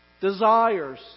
desires